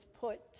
put